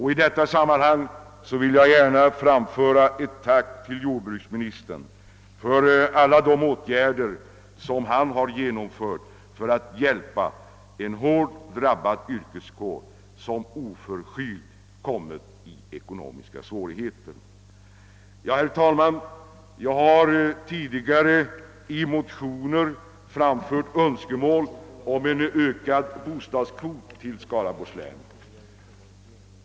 I detta sammanhang vill jag gärna framföra ett tack till jordbruksministern för alla de åtgärder som han har genomfört för att hjälpa en hårt drabbad yrkeskår, som oförskyllt kommit i ekonomiska svårigheter. Herr talman! Jag har tidigare i motioner framfört önskemål om en ökad bostadskvot i Skaraborgs län.